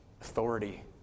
authority